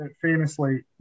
famously